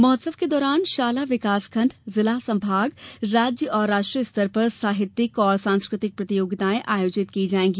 महोत्सव के दौरान शाला विकास खंड जिला संभाग और राज्य और राष्ट्रीय स्तर पर साहित्यिक और सांस्कृतिक प्रतियोगिताएं आयोजित की जाएगी